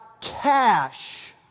cash